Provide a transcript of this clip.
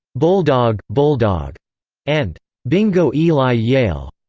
bulldog, bulldog and bingo eli yale,